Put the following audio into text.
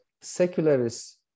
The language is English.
secularists